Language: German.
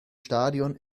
stadion